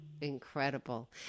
Incredible